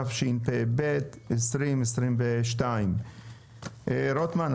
התשפ"ב 2022. חבר הכנסת רוטמן,